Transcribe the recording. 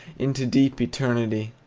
into deep eternity!